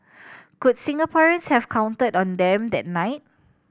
could Singaporeans have counted on them that night